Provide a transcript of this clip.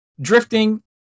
Drifting